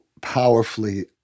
powerfully